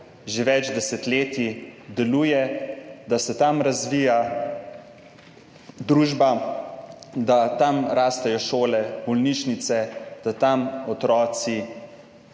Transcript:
že več desetletij deluje, da se tam razvija družba, da tam rastejo šole, bolnišnice, da tam otroci